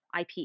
IP